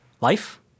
life